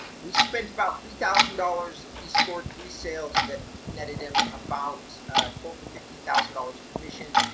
we spent about three thousand dollars. he scored three sales that netted him about twelve to fifteen thousand dollars in commission.